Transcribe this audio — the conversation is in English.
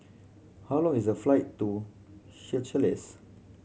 how long is the flight to Seychelles